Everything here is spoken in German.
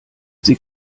sie